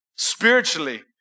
spiritually